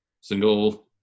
single